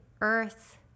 earth